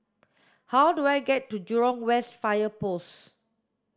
how do I get to Jurong West Fire Post